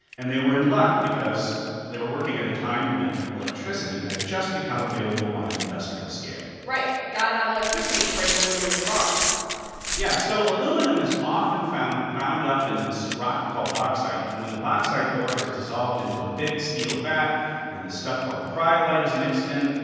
and they were in luck because they were working at a time when electricity had just become available on an industrial scale right. got to have electricity to break aluminum's bond yeah. so aluminum is often found bound up in this rock called bauxite. and when the bauxite ore is dissolved into a big steel vat and this stuff called cryolite is mixed in,